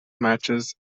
matches